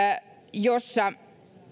jossa